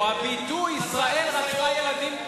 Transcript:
או הביטוי "ישראל רצחה ילדים"